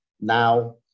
now